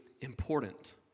important